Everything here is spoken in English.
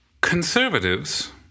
Conservatives